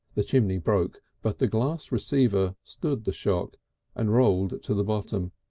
the chimney broke, but the glass receiver stood the shock and rolled to the bottom,